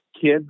kids